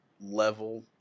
level